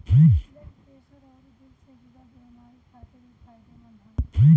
blood pressure अउरी दिल से जुड़ल बेमारी खातिर इ फायदेमंद हवे